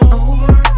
over